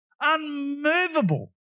unmovable